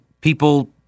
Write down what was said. people